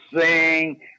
sing